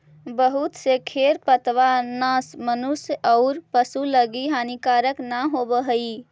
बहुत से खेर पतवारनाश मनुष्य औउर पशु लगी हानिकारक न होवऽ हई